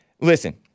Listen